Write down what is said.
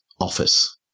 office